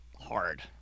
hard